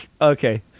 Okay